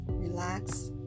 relax